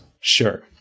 sure